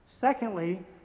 Secondly